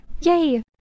yay